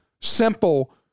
simple